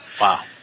Wow